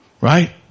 Right